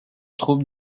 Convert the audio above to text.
troupes